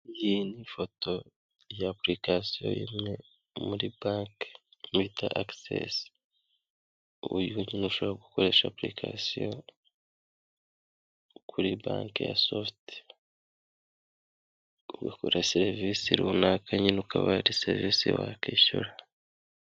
Iyi ni ifoto ya apurikasiyo imwe muri banki bita agisesi, uburyo nyine ushobora gukoresha apurikasiyo kuri banki ya sofuti, ukagura serivisi runaka nyine ukaba hari serivisi wakwishyura.